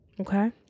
Okay